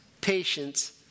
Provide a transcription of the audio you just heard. patience